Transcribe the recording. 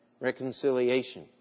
Reconciliation